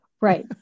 right